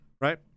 right